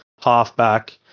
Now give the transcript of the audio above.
halfback